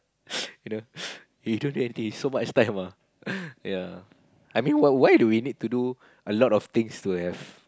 you know you don't do anything you so much time ah ya I mean why why do we need to do a lot of things to have